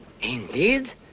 Indeed